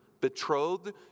betrothed